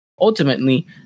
ultimately